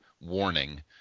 warning